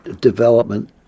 development